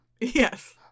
Yes